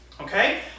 okay